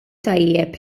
tajjeb